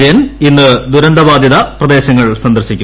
വിജയൻ ഇന്ന് ദുരിതബാധിത പ്രദേശങ്ങൾ സന്ദർശിക്കും